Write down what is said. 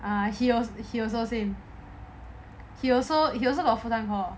ah he also he also say he also he also got full time hor